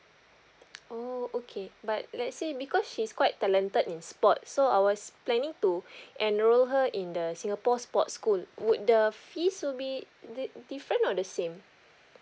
oh okay but let's say because she's quite talented in sports so I was planning to enrol her in the singapore sports school would the fees will be di~ different or the same